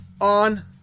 on